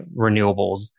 renewables